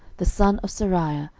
the son of seraiah,